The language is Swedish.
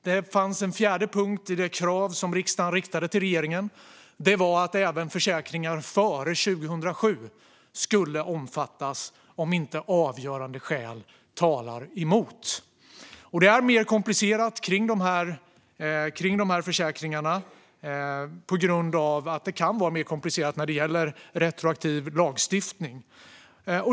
Det fanns en fjärde punkt i det krav som riksdagen riktade till regeringen, och det var att även försäkringar före 2007 ska omfattas om inte avgörande skäl talar emot det. Det är mer komplicerat när det gäller dessa försäkringar på grund av att retroaktiv lagstiftning kan vara mer komplicerad.